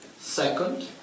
Second